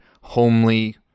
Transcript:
homely